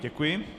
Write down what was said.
Děkuji.